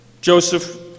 Joseph